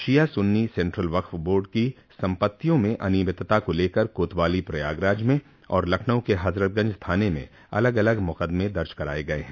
शिया Sunni central Waqf board की सम्पत्तियों में अनियमितता को लेकर कोतवाली प्रयागराज में और लखनऊ के हजरतगंज थाने में अलग अलग मुकदमें दर्ज कराये गये हैं